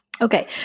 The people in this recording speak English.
Okay